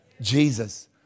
Jesus